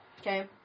okay